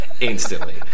instantly